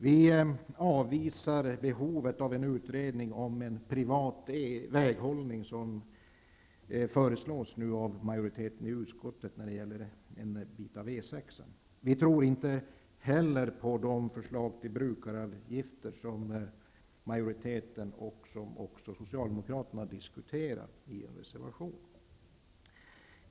Vi avvisar behovet av en utredning om en privat väghållning för E 6 som majoriteten i utskottet föreslår. Vi tror inte heller på de förslag till brukaravgifter som majoriteten diskuterar och som Socialdemokraterna tar upp i en reservation.